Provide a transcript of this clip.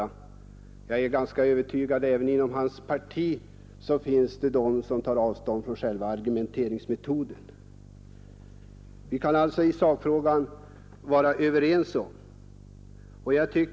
Jag är ganska övertygad om att det även inom hans parti finns de, som tar avstånd från själva argumenteringsmetoden. Vi kan alltså i sakfrågan vara överens.